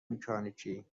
مکانیکی